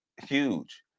huge